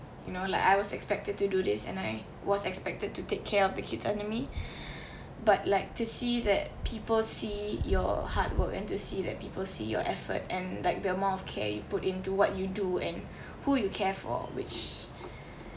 you know like I was expected to do this and I was expected to take care of the kids and the meal but like to see that people see your hard work and to see that people see your effort and like the amount of care you put into what you do and who you care for which